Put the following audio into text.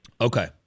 Okay